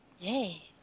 Yay